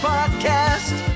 Podcast